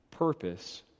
Purpose